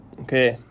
Okay